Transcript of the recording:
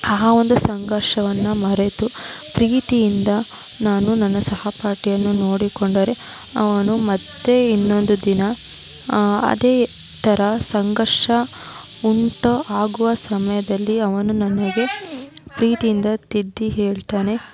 ಆ ಒಂದು ಸಂಘರ್ಷವನ್ನು ಮರೆತು ಪ್ರೀತಿಯಿಂದ ನಾನು ನನ್ನ ಸಹಪಾಠಿಯನ್ನು ನೋಡಿಕೊಂಡರೆ ಅವನು ಮತ್ತೆ ಇನ್ನೊಂದು ದಿನ ಅದೇ ಥರ ಸಂಘರ್ಷ ಉಂಟು ಆಗುವ ಸಮಯದಲ್ಲಿ ಅವನು ನನಗೆ ಪ್ರೀತಿಯಿಂದ ತಿದ್ದಿ ಹೇಳ್ತಾನೆ